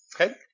Okay